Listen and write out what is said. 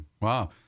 wow